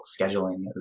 scheduling